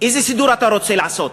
איזה סידור אתה רוצה לעשות?